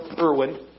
Irwin